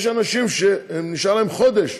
יש אנשים שנשארו להם חודש,